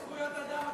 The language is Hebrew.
איזה זכויות אדם?